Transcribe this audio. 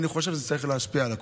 ואני חושב שזה צריך להשפיע על הכול.